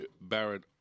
Barrett